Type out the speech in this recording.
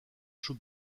show